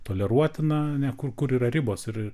toleruotina ane kur kur yra ribos ir